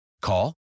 Call